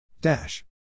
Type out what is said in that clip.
Dash